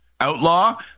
outlaw